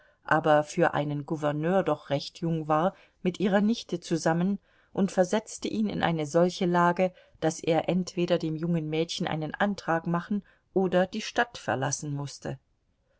aber für einen gouverneur doch recht jung war mit ihrer nichte zusammen und versetzte ihn in eine solche lage daß er entweder dem jungen mädchen einen antrag machen oder die stadt verlassen mußte